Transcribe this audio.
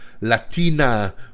Latina